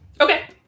Okay